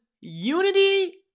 unity